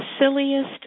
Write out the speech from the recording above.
silliest